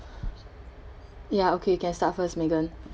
ya okay can start first megan